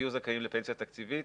יהיו רשאים לפנסיה תקציבית